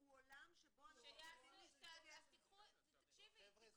הוא עולם שבו -- תיקחו את זה,